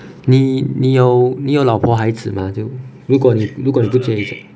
你你有你有老婆孩子吗就如果你如果你不介意